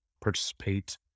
participate